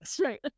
Right